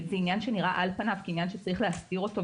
זה עניין שנראה על פניו כעניין שצריך להסתיר אותו,